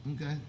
Okay